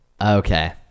Okay